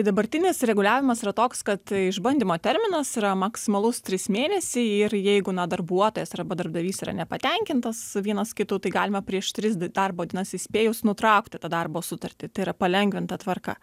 dabartinis reguliavimas yra toks kad išbandymo terminas yra maksimalaus trys mėnesiai ir jeigu na darbuotojas arba darbdavys yra nepatenkintas vienas kitu tai galima prieš tris darbo dienas įspėjus nutraukti tą darbo sutartį tai yra palengvinta tvarka